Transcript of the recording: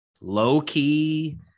low-key